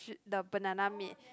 the banana meat